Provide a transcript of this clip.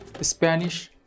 Spanish